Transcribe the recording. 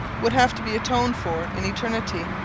would have to be atoned for in eternity.